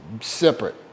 separate